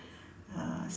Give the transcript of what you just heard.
uh